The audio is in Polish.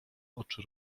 oczy